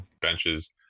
benches